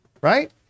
right